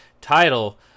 title